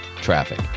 Traffic